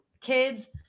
kids